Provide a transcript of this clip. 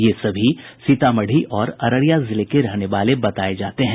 ये सभी सीतामढ़ी और अररिया जिले के रहने वाले बताये जाते हैं